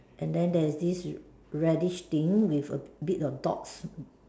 and then there is this radish thing with a bit of dogs